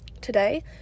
Today